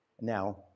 Now